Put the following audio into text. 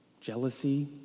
jealousy